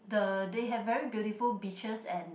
the they have very beautiful beaches and